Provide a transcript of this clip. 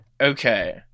Okay